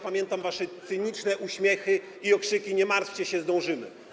Pamiętam wasze cyniczne uśmiechy i okrzyki: Nie martwcie się, zdążymy.